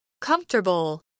Comfortable